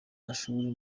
mashuri